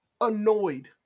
annoyed